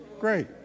Great